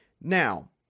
Now